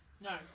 No